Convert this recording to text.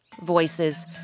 voices